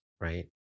right